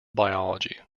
biology